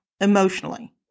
emotionally